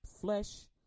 flesh